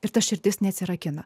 ir ta širdis neatsirakina